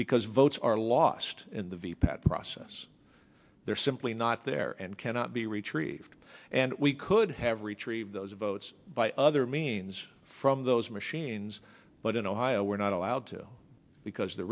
because votes are lost in the v p that process they're simply not there and cannot be retrieved and we could have retrieve those votes by other means from those machines but in ohio we're not allowed to because the